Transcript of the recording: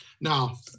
Now